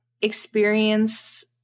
experience